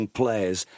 players